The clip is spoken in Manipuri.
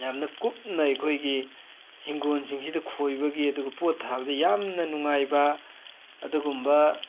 ꯌꯥꯝꯅ ꯀꯨꯞꯅ ꯑꯩꯈꯣꯏꯒꯤ ꯍꯤꯡꯒꯣꯟꯁꯤꯡꯖꯤꯗ ꯈꯣꯏꯕꯒꯤ ꯑꯗꯨꯒ ꯄꯣꯠ ꯊꯥꯕꯗ ꯌꯥꯝꯅ ꯅꯨꯡꯉꯥꯏꯕ ꯑꯗꯨꯒꯨꯝꯕ